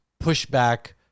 pushback